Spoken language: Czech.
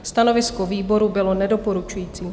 Stanovisko výboru bylo nedoporučující.